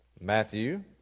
Matthew